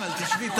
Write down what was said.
אבל תשבי,